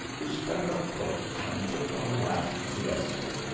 we spread our cloaks and took our last siesta,